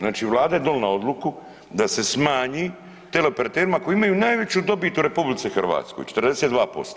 Znači Vlada je donijela odluku da se smanji teleoperaterima koji imaju najveću dobit u RH 42%